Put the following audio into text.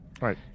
right